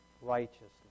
righteousness